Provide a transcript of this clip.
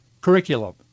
curriculum